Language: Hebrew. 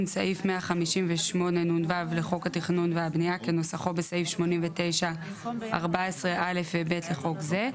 סעיף 158נו לחוק התכנון והבניה כנוסחו בסעיף 89,(14)(א) ו-(ב) לחוק זה.